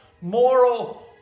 moral